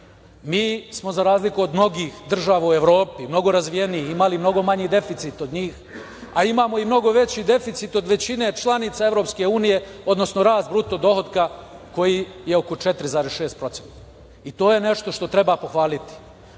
smo za razliku od mnogih država u Evropi mnogo razvijenijih imali mnogo manji deficit od njih, a imamo i mnogo veći deficit od većine članica EU, odnosno rast bruto dohotka koji je oko 4,6%. I to je nešto što treba pohvaliti.